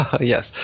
yes